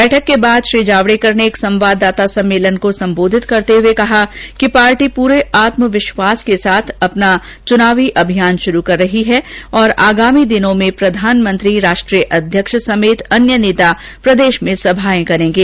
बैठक के बाद श्री जावडेकर ने एक संवाददाता सम्मेलन को संबोधित करते हुए कहा कि पार्टी पूरे आत्मविष्वास के साथ अपना चुनावी अभियान शुरू कर रही है तथा आगामी दिनों में प्रधानमंत्री राष्ट्रीय अध्यक्ष समेत अन्य नेता प्रदेष में सभाए करेंगे